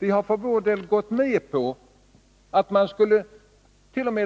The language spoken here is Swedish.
Vi har för vår del gått med på att